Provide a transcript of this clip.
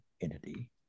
entity